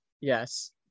Yes